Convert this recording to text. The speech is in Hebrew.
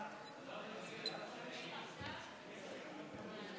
ההצעה להעביר את הצעת חוק